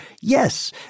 Yes